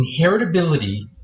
inheritability